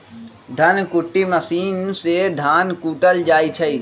धन कुट्टी मशीन से धान कुटल जाइ छइ